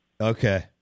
Okay